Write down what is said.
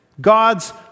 God's